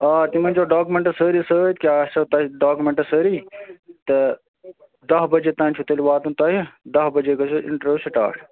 آ تِم أنۍزیٚو ڈاکیٛومٮ۪نٛٹہٕ سٲری سۭتۍ کیٛاہ آسٮ۪و تۄہہِ ڈاکیٛوٗمٮ۪نٛٹ سٲری تہٕ دَہ بَجے تانۍ چھُو تیٚلہِ واتُن تۄہہِ دَہ بَجے گٔژھو اِنٹَروِیو سِٹارٹ